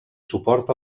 suport